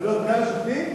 גם לשופטים?